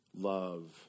Love